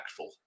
impactful